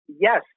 Yes